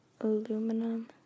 aluminum